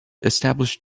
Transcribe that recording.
established